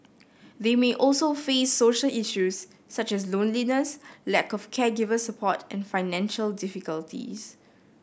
they may also face social issues such as loneliness lack of caregiver support and financial difficulties